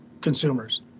consumers